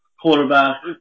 quarterback